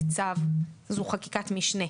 זה צו, זו חקיקת משנה.